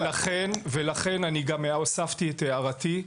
לכן אני גם הוספתי את הערתי,